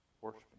worshiping